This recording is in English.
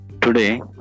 Today